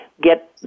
get